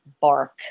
bark